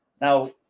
Now